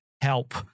help